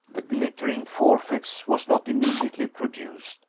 the glittering forfex was not immediately produced,